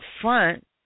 front